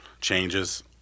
changes